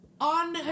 On